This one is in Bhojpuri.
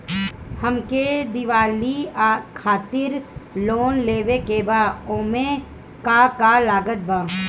हमके दिवाली खातिर लोन लेवे के बा ओमे का का लागत बा?